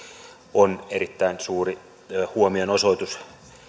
on erittäin suuri huomionosoitus